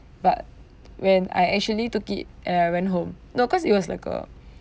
but when I actually took it and I went home no of cause it was like a